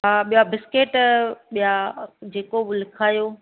हा ॿिया बिस्केट ॿिया जेको बि लिखायो